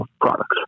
products